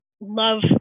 love